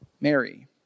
Mary